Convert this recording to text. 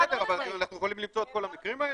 בסדר, אבל אנחנו יכולים למצוא את כל המקרים האלה?